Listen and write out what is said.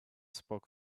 spoke